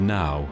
now